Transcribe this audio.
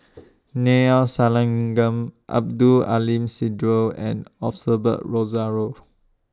Neila Sathyalingam Abdul Aleem Siddique and Osbert Rozario